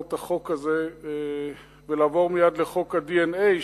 את החוק הזה ולעבור מייד לחוק ה-DNA,